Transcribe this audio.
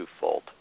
twofold